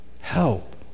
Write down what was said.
help